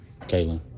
Kaylin